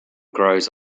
grows